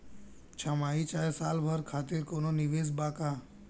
छमाही चाहे साल भर खातिर कौनों निवेश बा का?